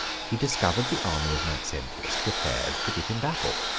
he discovered the army of maxentius prepared to give him battle.